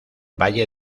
valle